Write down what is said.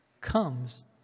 comes